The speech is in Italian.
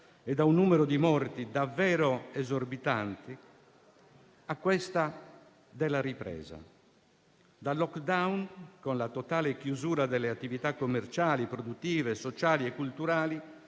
e da un numero di morti davvero esorbitante - alla ripresa, dal *lockdown*, con la totale chiusura delle attività commerciali, produttive, sociali e culturali,